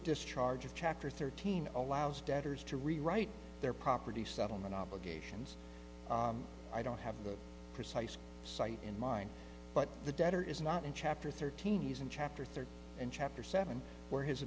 discharge of chapter thirteen allows debtors to rewrite their property settlement obligations i don't have the precise cite in mind but the debtor is not in chapter thirteen using chapter thirteen and chapter seven where his